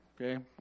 okay